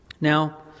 Now